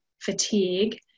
fatigue